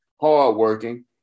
hardworking